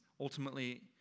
ultimately